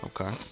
okay